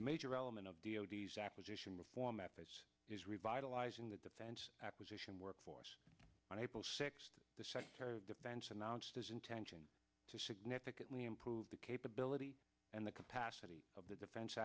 major element of d o d s acquisition reform act as is revitalizing the defense acquisition workforce on april sixth the secretary of defense announced his intention to significantly improve the capability and the capacity of the defense